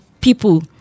people